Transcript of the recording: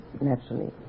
naturally